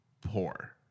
poor